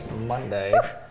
Monday